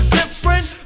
different